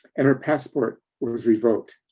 and her passport was revoked.